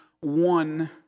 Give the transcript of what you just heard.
one